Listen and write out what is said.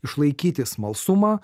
išlaikyti smalsumą